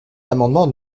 l’amendement